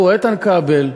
איתן כבל,